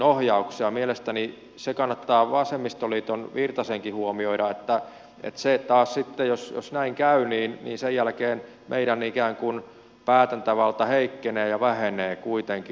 ja mielestäni se kannattaa vasemmistoliiton virtasenkin huomioida että jos näin käy niin sen jälkeen meidän ikään kuin päätäntävaltamme heikkenee ja vähenee kuitenkin